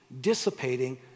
dissipating